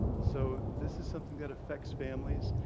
so this is something that affects families,